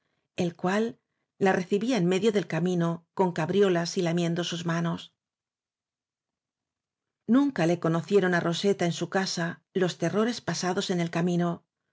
el cual la recibía en medio del camino con cabriolas y lamiendo sus manos nunca le conocieron á roseta en su casa los terrores pasados en el camino